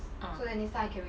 ah